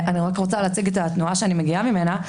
אני רוצה להציג את התנועה שאני מגיעה ממנה.